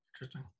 Interesting